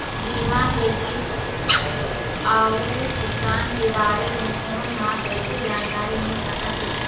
बीमा के किस्त अऊ भुगतान के बारे मे फोन म कइसे जानकारी मिल सकत हे?